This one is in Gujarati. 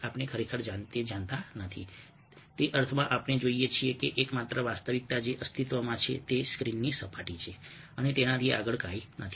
આપણે ખરેખર જાણતા નથી તે અર્થમાં આપણે જોઈએ છીએ કે એકમાત્ર વાસ્તવિકતા જે અસ્તિત્વમાં છે તે સ્ક્રીનની સપાટી છે અને તેનાથી આગળ કંઈ નથી